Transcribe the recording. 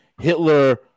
Hitler